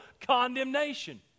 condemnation